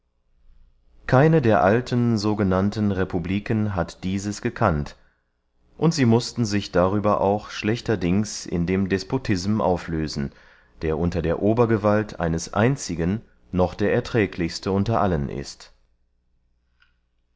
keine der alten so genannten republiken hat dieses gekannt und sie mußten sich darüber auch schlechterdings in den despotism auflösen der unter der obergewalt eines einzigen noch der erträglichste unter allen ist